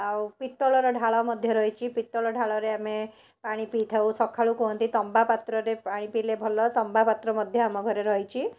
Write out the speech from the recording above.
ଆଉ ପିତ୍ତଳର ଢାଳ ମଧ୍ୟ ରହିଛି ପିତ୍ତଳ ଢାଳରେ ଆମେ ପାଣି ପିଇଥାଉ ସକାଳୁ କୁହନ୍ତି ତମ୍ବା ପାତ୍ରରେ ପାଣି ପିଇଲେ ଭଲ ତମ୍ବା ପାତ୍ର ମଧ୍ୟ ଆମ ଘରେ ରହିଛି